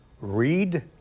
read